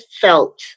felt